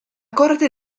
corte